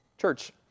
Church